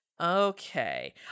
Okay